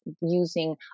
using